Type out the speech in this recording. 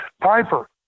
Piper